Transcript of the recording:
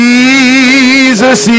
Jesus